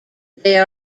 they